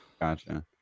Gotcha